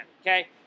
okay